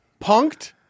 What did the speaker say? Punked